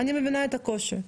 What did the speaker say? אני מבינה את הקושי,